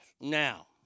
Now